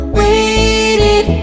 waited